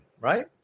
right